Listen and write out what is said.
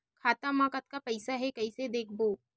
खाता मा कतका पईसा हे कइसे देखबो?